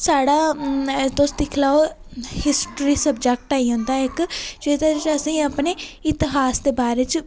साढ़ा तुस दिक्खी लैओ हिस्ट्री सब्जेक्ट आई जंदा इक्क जेह्दे च असेंगी अपने इतिहास दे बारे च